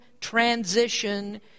transition